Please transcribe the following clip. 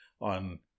on